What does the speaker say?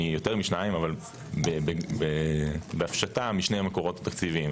מיותר משניים אבל בהפשטה משני מקורות תקציביים.